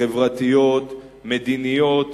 חברתיות, מדיניות,